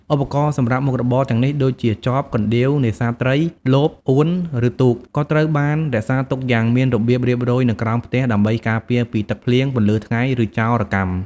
ឧបករណ៍សម្រាប់មុខរបរទាំងនេះ ដូចជា ចប កណ្ដៀវ នេសាទត្រី លប អួន ឬទូក ក៏ត្រូវបាន រក្សាទុកយ៉ាងមានរបៀបរៀបរយនៅក្រោមផ្ទះ ដើម្បីការពារពីទឹកភ្លៀង ពន្លឺថ្ងៃ ឬចោរកម្ម ។